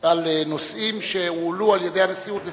על נושאים שהועלו על-ידי הנשיאות לסדר-היום.